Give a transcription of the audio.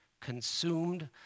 consumed